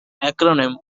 acronym